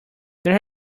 there